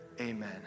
Amen